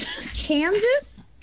Kansas